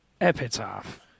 Epitaph